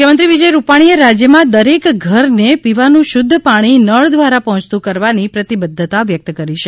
મુખ્યમંત્રી વિજય રૂપાણીએ રાજ્યમાં દરેક ઘરને પીવાનું શુદ્ધ પાણી નળ દ્વારા પહોંચતું કરવાની પ્રતિબદ્વતા વ્યક્ત કરી છે